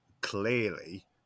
clearly